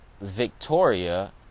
Victoria